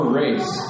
race